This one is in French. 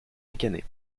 ricaner